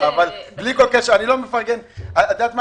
את יודעת מה,